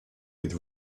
with